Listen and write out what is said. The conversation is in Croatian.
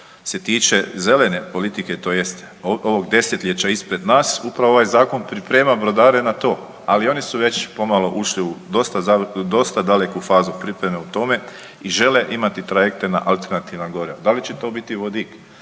se tiče zelene politike tj. ovog 10-ljeća ispred nas upravo ovaj zakon priprema brodare na to, ali oni su već pomalo ušli u dosta, dosta daleku fazu pripreme u tome i žele imati trajekte na alternativna goriva, da li će to biti vodik,